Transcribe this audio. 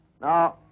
Now